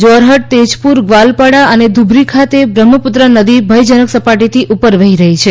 જોરહ્ટ તેજપુર ગ્વાલપડા અને ધુબરી ખાતે બ્રહ્મપુત્રા નદી ભયજનક સપાટીથી ઉપર વહી રહી છે